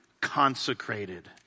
consecrated